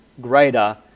greater